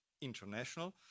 International